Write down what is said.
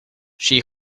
she